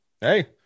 Hey